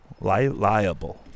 Liable